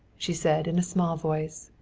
she said in a small voice.